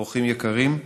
אורחים יקרים,